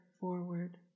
forward